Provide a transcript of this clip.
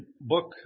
book